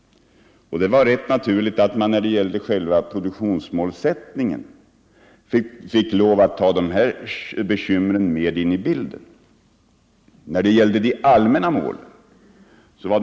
Det var rätt naturligt att dessa problem fick tas med i bilden när det gällde produktionsmålsättningen.